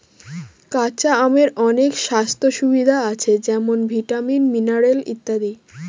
কাঁচা আমের অনেক স্বাস্থ্য সুবিধা আছে যেমন ভিটামিন, মিনারেল ইত্যাদি